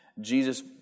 Jesus